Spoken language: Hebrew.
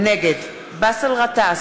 נגד באסל גטאס,